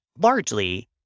largely